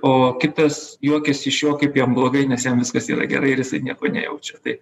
o kitas juokiasi iš jo kaip jam blogai nes jam viskas yra gerai ir jisai nieko nejaučia tai